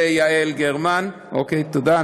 יאיר לפיד ויעל גרמן, אוקיי, תודה.